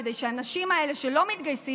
כדי שהאנשים האלה שלא מתגייסים,